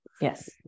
Yes